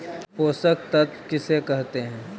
पोषक तत्त्व किसे कहते हैं?